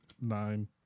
nine